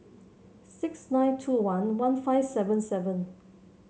six nine two one one five seven seven